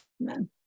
Amen